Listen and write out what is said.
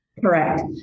Correct